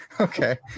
Okay